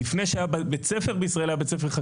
קודם כל היה בית ספר חקלאי,